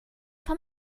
vom